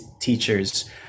teachers